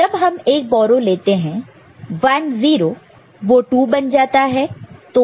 जब हम एक बोरो लेते हैं 1 0 2 बन जाता है